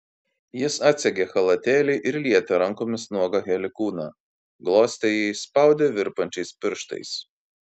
jis atsegė chalatėlį ir lietė rankomis nuogą heli kūną glostė jį spaudė virpančiais pirštais